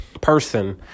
person